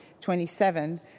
27